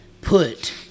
put